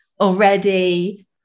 already